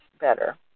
better